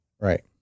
Right